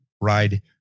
ride